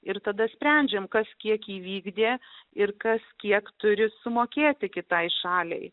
ir tada sprendžiame kas kiek įvykdė ir kas kiek turi sumokėti kitai šaliai